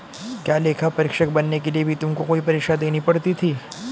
क्या लेखा परीक्षक बनने के लिए भी तुमको कोई परीक्षा देनी पड़ी थी?